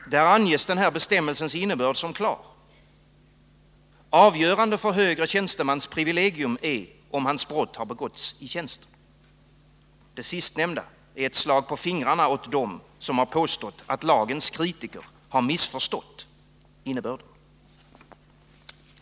Där anges bestämmelsens innebörd som klar: avgörande för högre tjänstemäns privilegium är om hans brott har begåtts i tjänsten. Det sistnämnda är ett slag på fingrarna åt dem som har påstått att lagens kritiker missförstått innebörden.